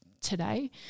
today